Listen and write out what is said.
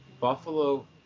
Buffalo